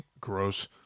Gross